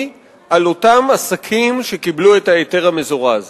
על אותם עסקים שקיבלו את ההיתר המזורז.